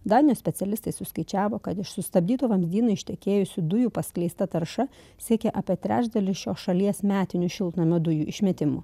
danijos specialistai suskaičiavo kad iš sustabdyto vamzdyno ištekėjusių dujų paskleista tarša siekė apie trečdalį šios šalies metinių šiltnamio dujų išmetimų